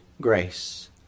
grace